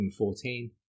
2014